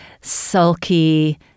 sulky